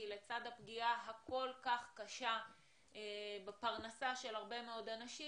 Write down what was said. כי לצד הפגיעה הכול כך קשה בפרנסה של הרבה מאוד אנשים,